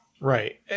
right